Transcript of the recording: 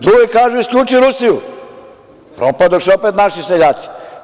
Drugi kažu – isključi Rusiju, propadoše opet naši seljaci.